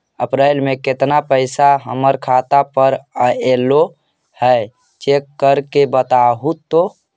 अप्रैल में केतना पैसा हमर खाता पर अएलो है चेक कर के बताहू तो?